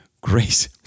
Grace